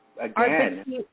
Again